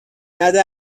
نده